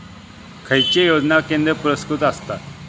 खैचे योजना केंद्र पुरस्कृत आसत?